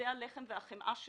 זה הלחם והחמאה שלי.